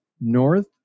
North